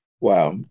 Wow